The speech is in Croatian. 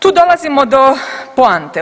Tu dolazimo do poante.